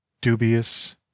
Dubious